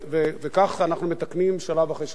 וכך אנחנו מתקנים שלב אחר שלב.